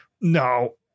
No